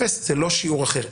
אפס זה לא שיעור אחר.